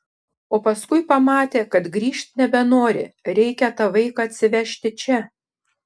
o paskui pamatė kad grįžt nebenori reikia tą vaiką atsivežti čia